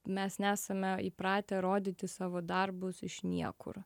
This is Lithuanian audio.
mes nesame įpratę rodyti savo darbus iš niekur